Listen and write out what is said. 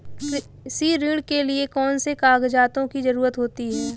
कृषि ऋण के लिऐ कौन से कागजातों की जरूरत होती है?